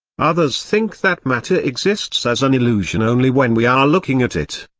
others think that matter exists as an illusion only when we are looking at it,